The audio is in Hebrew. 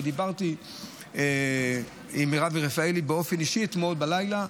ודיברתי עם מרב רפאלי באופן אישי אתמול בלילה,